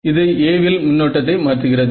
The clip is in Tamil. இது A வில் மின்னோட்டத்தை மாற்றுகிறது